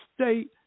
state